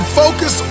focus